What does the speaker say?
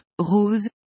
rose